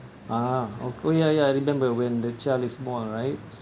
ah oh ya ya I remember when the child is small right